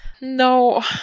no